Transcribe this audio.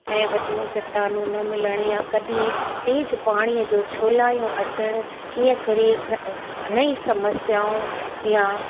ऐं वॾियूं चटानूं न मिलणी आहे कॾहिं तेज़ु पाणीअ जो छोलायूं अचणु ईअं करे घणे ई समस्याऊं या